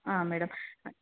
ಹಾಂ ಮೇಡಮ್